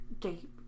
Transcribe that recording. date